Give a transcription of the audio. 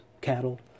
cattle